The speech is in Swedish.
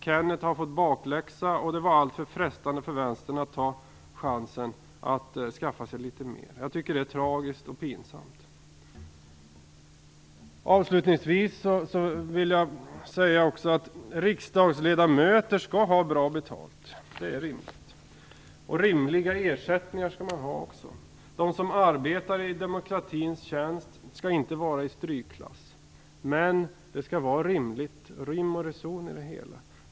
Kenneth Kvist har fått bakläxa. Det var alltför frestande för Vänstern att ta chansen att skaffa sig litet mer. Jag tycker att det är tragiskt och pinsamt. Avslutningsvis vill jag också säga att riksdagsledamöter skall ha bra betalt. Det är rimligt. Rimliga ersättningar skall man också ha. De som arbetar i demokratins tjänst skall inte vara i strykklass. Men det skall vara rim och reson i det hela.